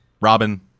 Robin